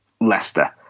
Leicester